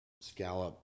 scallop